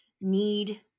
need